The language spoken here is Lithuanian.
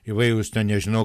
įvairūs nežinau